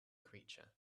creature